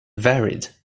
varied